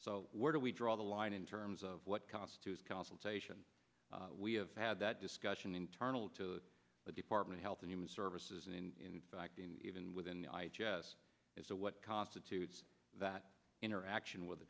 so where do we draw the line in terms of what constitutes consultation we have had that discussion internal to the department health and human services and in fact in even within the i gess as to what constitutes that interaction with the